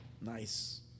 nice